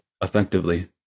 effectively